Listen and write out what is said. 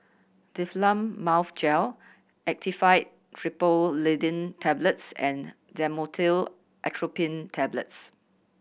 Difflam Mouth Gel Actifed Triprolidine Tablets and Dhamotil Atropine Tablets